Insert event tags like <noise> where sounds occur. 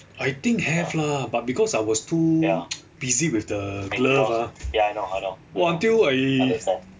I think have lah but because I was too <noise> busy with the glove ah !wah! until I